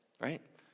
right